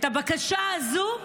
הבקשה הזו,